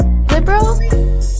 liberal